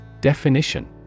Definition